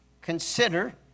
consider